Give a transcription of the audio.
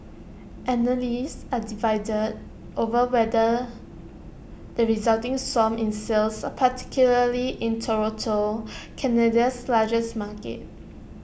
analysts are divided over whether the resulting swoon in sales particularly in Toronto Canada's largest market